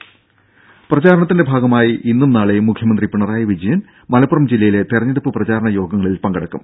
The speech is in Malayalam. രുഭ തെരഞ്ഞെടുപ്പ് പ്രചാരണത്തിന്റെ ഭാഗമായി ഇന്നും നാളെയും മുഖ്യമന്ത്രി പിണറായി വിജയൻ മലപ്പുറം ജില്ലയിലെ തെരഞ്ഞെടുപ്പ് പ്രചാരണങ്ങളിൽ പങ്കെടുക്കും